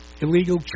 illegal